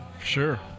Sure